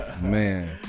Man